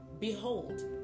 Behold